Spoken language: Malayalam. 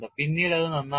പിന്നീട് അത് നന്നാക്കുക